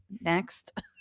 next